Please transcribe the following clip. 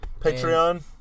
Patreon